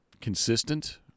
consistent